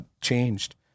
changed